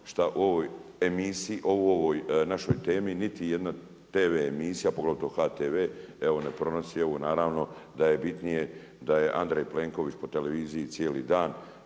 je bolno što o ovoj našoj temi niti jedna tv emisija pogotovo HTV evo ne prenosi. Ovo naravno da je bitnije da je Andrej Plenković po televiziji cijeli dan,